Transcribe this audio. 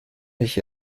ich